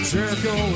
Jericho